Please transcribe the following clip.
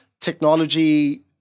technology